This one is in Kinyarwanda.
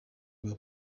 bwa